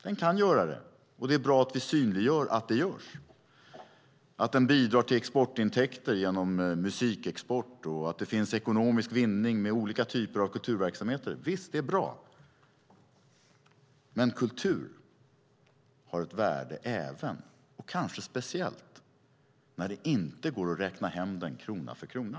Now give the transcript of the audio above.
Den kan göra det, och det är bra att vi synliggör att det görs, att den bidrar till exportintäkter genom musikexport och att det finns ekonomisk vinning med olika typer av kulturverksamhet. Visst, det är bra. Men kultur har ett värde även och kanske speciellt när det inte går att räkna hem den krona för krona.